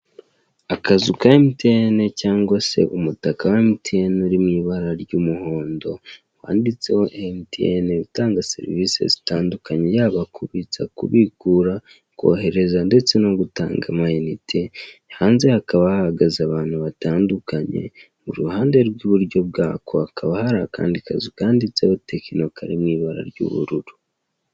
Akazu ka emutiyene cyangwa se umutaka wa emutiyene uri mu ibara ry'umuhondo wanditseho emutiyene utanga serivise zitandukanye, yaba kubitsa, kubikura, kohereza ndetse no gutanga amayinite, hanze hakaba hahagaze abantu batandukanye, iruhande rw'iburyo bwako hakaba hari akandi kazu kanditseho tekino kari mu ibara ry'ubururu.